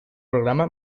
programa